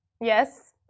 Yes